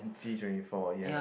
D twenty four ya